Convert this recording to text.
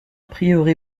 prieuré